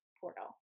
portal